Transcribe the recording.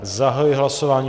Zahajuji hlasování.